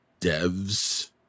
devs